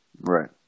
Right